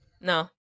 No